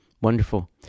Wonderful